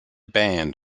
banned